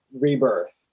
rebirth